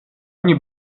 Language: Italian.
ogni